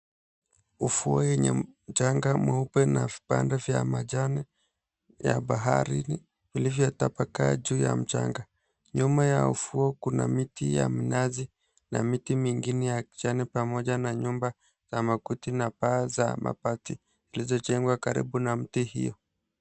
Ufuo wenye mchanga mweupe na vipande vya majani ya bahari vilivyotapakaa juu ya mchanga. Nyuma ya ufuo kuna miti ya minazi na miti mingine ya kijani pamoja na nyumba za makuti na paa za mabati zilizojengwa karibu na miti hiyo.